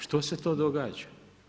Što se to događa?